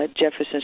Jefferson